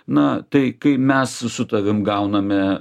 na tai kai mes su tavimi gauname